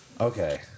Okay